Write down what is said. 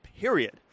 period